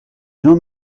jean